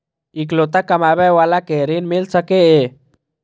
इकलोता कमाबे बाला के ऋण मिल सके ये?